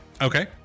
Okay